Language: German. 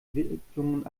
wicklungen